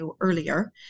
earlier